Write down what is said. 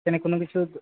মানে কোনো কিছু